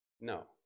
No